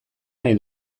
nahi